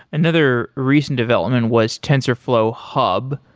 another recent development was tensorflow hub,